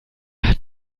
hat